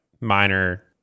minor